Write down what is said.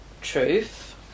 truth